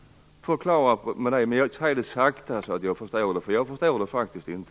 Förklara det, men säg det sakta så att jag förstår det. Jag förstår det faktiskt inte.